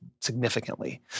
significantly